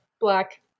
black